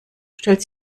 stellt